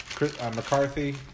McCarthy